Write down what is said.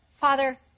Father